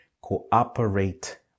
cooperate